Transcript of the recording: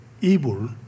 evil